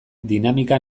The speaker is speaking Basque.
dinamika